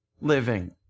living